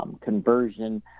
conversion